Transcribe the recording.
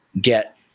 get